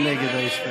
מי נגד ההסתייגות?